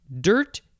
Dirt